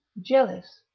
jealous,